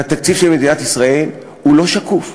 והתקציב של מדינת ישראל הוא לא שקוף,